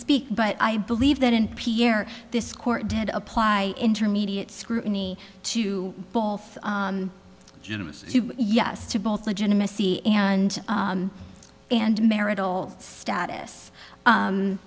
peak but i believe that in pierre this court did apply intermediate scrutiny to both yes to both legitimacy and and marital status